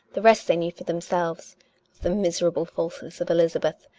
the rest they knew for themselves the miser able falseness of elizabeth,